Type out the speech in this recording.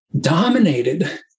dominated